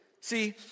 See